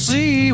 See